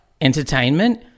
entertainment